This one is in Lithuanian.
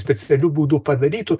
specialiu būdu padarytų